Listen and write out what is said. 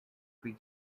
three